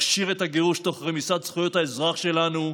הכשיר את הגירוש תוך רמיסת זכויות האזרח שלנו,